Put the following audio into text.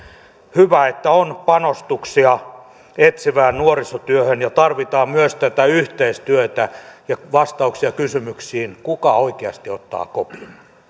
hyvä että on panostuksia etsivään nuorisotyöhön ja tarvitaan myös tätä yhteistyötä ja vastauksia kysymykseen kuka oikeasti ottaa kopin